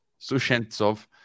sushentsov